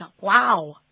Wow